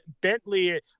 Bentley